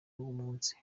w’umunsi